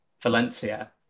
Valencia